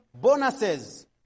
bonuses